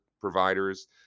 providers